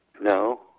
No